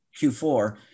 Q4